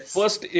First